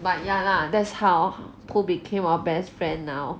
but ya lah that's how pooh became our best friend now